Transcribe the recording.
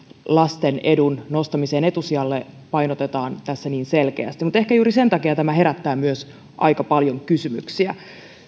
lasten edun nostamista etusijalle painotetaan tässä niin selkeästi mutta ehkä juuri sen takia tämä herättää myös aika paljon kysymyksiä